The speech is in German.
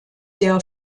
der